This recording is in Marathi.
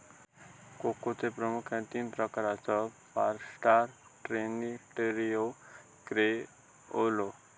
कोकोचे प्रामुख्यान तीन प्रकार आसत, फॉरस्टर, ट्रिनिटारियो, क्रिओलो